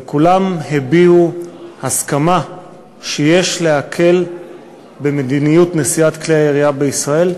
וכולם הביעו הסכמה שיש להקל במדיניות נשיאת כלי הירייה בישראל,